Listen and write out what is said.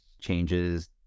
changes